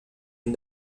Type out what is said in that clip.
une